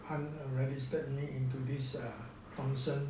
aunt really sent me into this err thomson